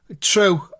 True